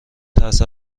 ترس